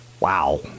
Wow